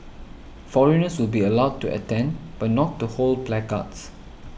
foreigners will be allowed to attend but not to hold placards